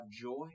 joy